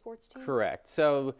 sports to correct so